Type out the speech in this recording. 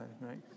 right